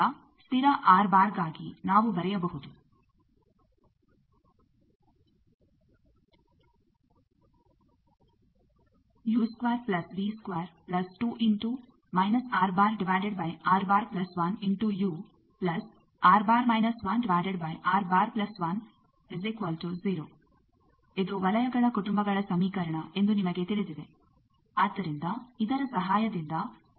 ಈಗ ಸ್ಥಿರ ಗಾಗಿ ನಾವು ಬರೆಯಬಹುದು ಇದು ವಲಯಗಳ ಕುಟುಂಬಗಳ ಸಮೀಕರಣ ಎಂದು ನಿಮಗೆ ತಿಳಿದಿದೆ ಆದ್ದರಿಂದ ಇದರ ಸಹಾಯದಿಂದ ನೀವು ಸುಲಭವಾಗಿ ಕಂಡುಹಿಡಿಯಬಹುದು